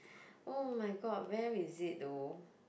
oh-my-god where is it though